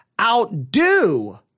outdo